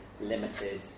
limited